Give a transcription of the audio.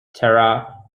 terra